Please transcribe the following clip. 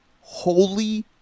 Holy